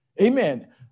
Amen